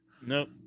Nope